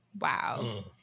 Wow